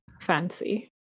fancy